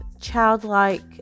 childlike